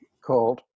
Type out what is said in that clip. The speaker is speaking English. called